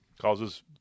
causes